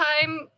time